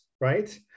right